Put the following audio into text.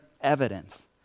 evidence